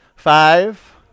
Five